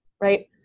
right